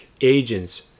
agents